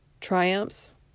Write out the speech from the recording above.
triumphs